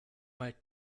mal